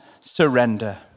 surrender